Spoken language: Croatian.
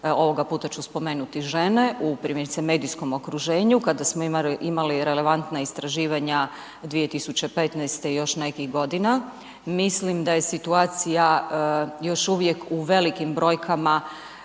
ovoga puta ću spomenuti žene u primjerice medijskom okruženju kada smo imali relevantna istraživanja 2015. i još nekih godina. Mislim da je situacija još uvijek u velikim brojkama